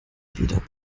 wieder